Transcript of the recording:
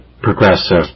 progressive